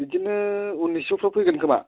बिदिनो उन्निस'फ्राव फैगोन खोमा